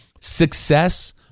success